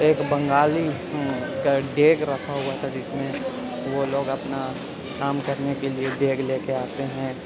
ایک بنگالی کا ڈیگ رکھا ہوا تھا جس میں وہ لوگ اپنا کام کرنے کے لیے ڈیگ لے کے آتے ہیں